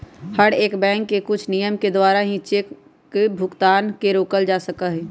हर एक बैंक के कुछ नियम के द्वारा ही चेक भुगतान के रोकल जा सका हई